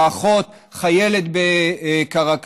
האחות חיילת בקרקל,